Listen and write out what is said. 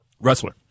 Wrestler